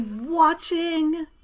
watching